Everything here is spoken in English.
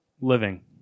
Living